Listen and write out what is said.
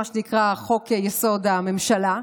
מה שנקרא חוק-יסוד: הממשלה,